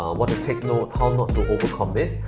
um what to take note, how not to over commit,